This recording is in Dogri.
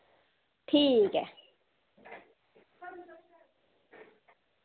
ठीक ऐ